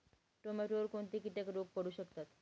टोमॅटोवर कोणते किटक रोग पडू शकतात?